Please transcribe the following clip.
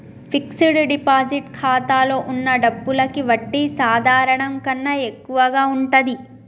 fixed deposit ఖాతాలో వున్న డబ్బులకి వడ్డీ సాధారణం కన్నా ఎక్కువగా ఉంటది